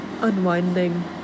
unwinding